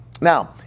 Now